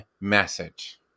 message